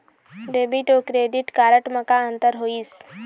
Debit अऊ credit card म का अंतर होइस?